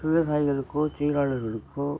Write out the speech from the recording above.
விவசாயிகளுக்கோ தொழிலாளர்களுக்கோ